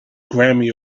grammy